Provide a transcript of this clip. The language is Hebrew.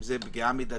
היא אפשרות פחות טובה,